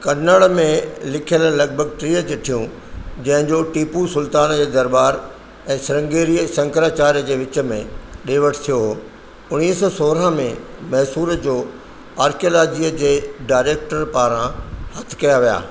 कन्नड़ में लिखयल लॻिभॻि टीह चिठियूं जंहिं जो टीपू सुल्तान जे दरबार ऐं श्रृंगेरी शंकराचार्य जे वीच में ॾे वठि थियो हो उणिवीह सौ सोरहां में मैसूर जे आर्कियालॉजीअ जे डाइरेक्टर पारां हथु कया विया